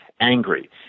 angry